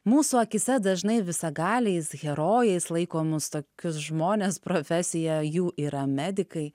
mūsų akyse dažnai visagaliais herojais laikomus tokius žmones profesija jų yra medikai